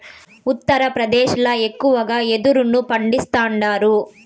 ఉత్తరప్రదేశ్ ల ఎక్కువగా యెదురును పండిస్తాండారు